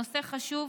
הנושא חשוב,